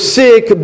sick